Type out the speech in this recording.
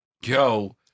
Yo